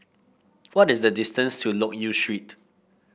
what is the distance to Loke Yew Street